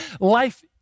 life